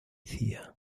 cía